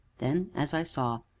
then, as i saw,